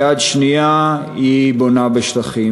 ביד שנייה היא בונה בשטחים.